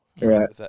Right